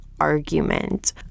argument